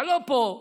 אתה לא פה,